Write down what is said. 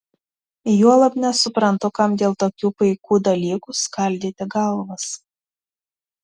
juolab nesuprantu kam dėl tokių paikų dalykų skaldyti galvas